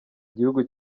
igihugu